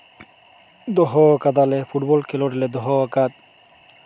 ᱫᱚᱦᱚ ᱠᱟᱫᱟᱞᱮ ᱯᱷᱩᱴᱵᱚᱞ ᱠᱷᱮᱞ ᱞᱮ ᱫᱚᱦᱚ ᱟᱠᱟᱫᱽ